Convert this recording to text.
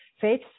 faith